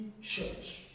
church